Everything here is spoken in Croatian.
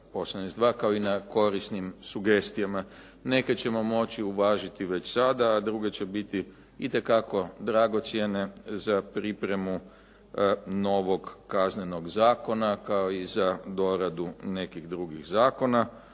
kao i na korisnim sugestijama. Neke ćemo moći uvažiti već sada, a druge će biti itekako dragocjene za pripremu novog Kaznenog zakona kao i za doradu nekih drugih zakona.